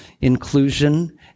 inclusion